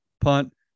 punt